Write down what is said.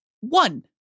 one